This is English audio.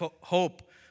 hope